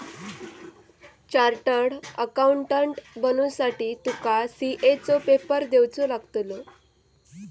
chartered accountant बनुसाठी तुका CA चो पेपर देवचो लागतलो